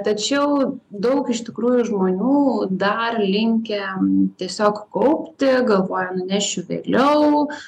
tačiau daug iš tikrųjų žmonių dar linkę tiesiog kaupti galvoja nunešiu vėliau